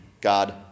God